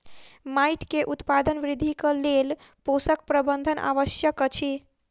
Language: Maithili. माइट के उत्पादन वृद्धिक लेल पोषक प्रबंधन आवश्यक अछि